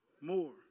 more